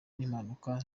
n’impanuka